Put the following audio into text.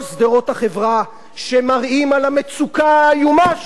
שמראים על המצוקה האיומה שהאווירה הזאת גורמת להם.